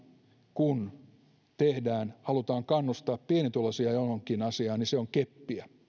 kun halutaan kannustaa pienituloisia johonkin asiaan se on keppiä